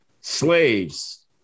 slaves